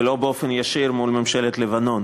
ולא באופן ישיר מול ממשלת לבנון.